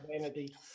vanity